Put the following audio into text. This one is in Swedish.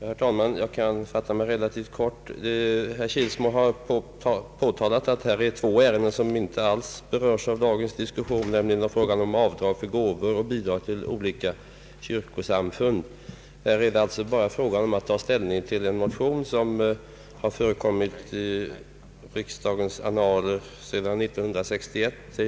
Herr talman! Jag kan fatta mig relativt kort. Herr Kilsmo har påpekat att det här föreligger två ärenden, varav det ena inte alls berörs av dagens diskussion, nämligen frågan om avdrag för gåvor och bidrag till olika kyrkliga samfund. Här är det bara fråga om att ta ställning till en motion, som i en eller annan form förekommit i riksdagens annaler sedan 1961.